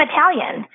Italian